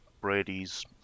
Brady's